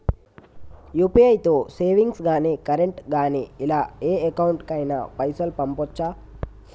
UPI తో savings గాని current గాని ఇలా ఏ అకౌంట్ కైనా పైసల్ పంపొచ్చా?